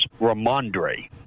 Ramondre